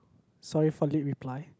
sorry for late reply